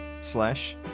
slash